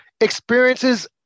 experiences